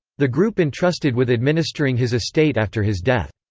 the group entrusted with administering his estate after his death.